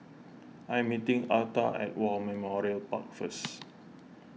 I am meeting Arta at War Memorial Park first